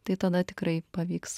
tai tada tikrai pavyks